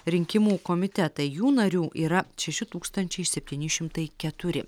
rinkimų komitetai jų narių yra šeši tūkstančiai septyni šimtai keturi